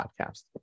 Podcast